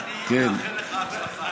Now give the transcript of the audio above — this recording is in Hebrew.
לשם שינוי, שם אני מאחל לך הרבה הצלחה.